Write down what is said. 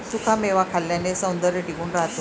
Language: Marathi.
सुखा मेवा खाल्ल्याने सौंदर्य टिकून राहते